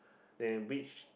eh which